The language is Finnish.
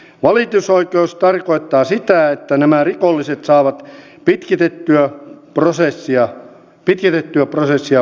valitusoikeus tarkoittaa sitä että nämä rikolliset saavat pitkitettyä prosessia vuositolkulla